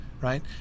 right